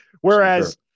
whereas